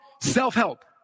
Self-Help